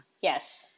Yes